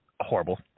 horrible